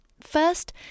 First